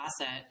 asset